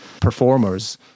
performers